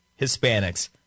Hispanics